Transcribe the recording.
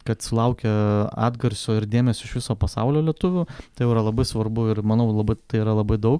kad sulaukia atgarsio ir dėmesio iš viso pasaulio lietuvių tai jau yra labai svarbu ir manau labai tai yra labai dau